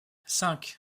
cinq